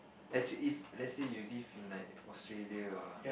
actually if let's say you live in like Australia or